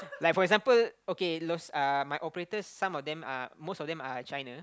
like for example okay those uh my operators some of them are most of them are China